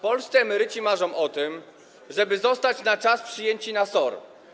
Polscy emeryci marzą o tym, żeby zostali na czas przyjęci na SOR.